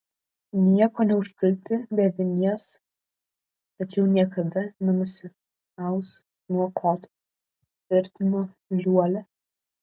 niekuo neužkalti be vinies tačiau niekada nenusimaus nuo koto tvirtina liuolia